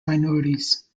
minorities